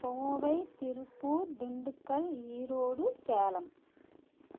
Kovai Tiruppur Dindigul Erode Salem